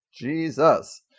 Jesus